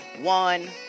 one